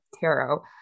tarot